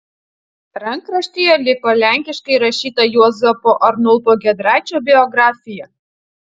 rankraštyje liko lenkiškai rašyta juozapo arnulpo giedraičio biografija